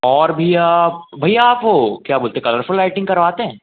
और भैया भैया आप वह क्या बोलते हैं कलरफुल लाइटिंग करवाते हैं